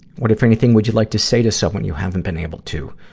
what, if anything, would you like to say to someone you haven't been able to?